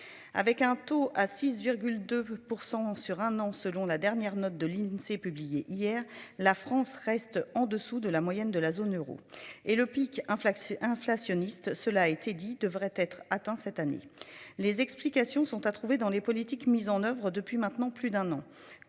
Avec un taux à 6,2% sur un an selon la dernière note de l'Insee publiée hier, la France reste en dessous de la moyenne de la zone euro et le pic. Inflationniste. Cela a été dit, devrait être atteint cette année. Les explications sont à trouver dans les politiques mises en oeuvre depuis maintenant plus d'un an